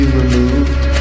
removed